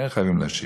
כן חייבים להשיב.